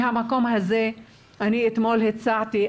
מהמקום הזה אני אתמול הצעתי,